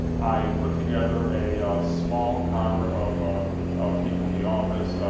i put together a small cadre of ah of people in the office,